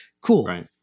Cool